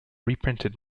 reprinted